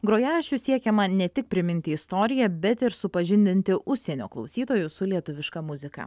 grojaraščiu siekiama ne tik priminti istoriją bet ir supažindinti užsienio klausytojus su lietuviška muzika